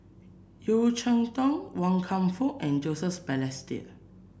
Yeo Cheow Tong Wan Kam Fook and Joseph Balestier